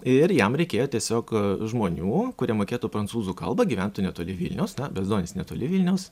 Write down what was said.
ir jam reikėjo tiesiog žmonių kurie mokėtų prancūzų kalbą gyventų netoli vilnius bezdonys netoli vilniaus